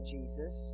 Jesus